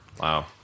Wow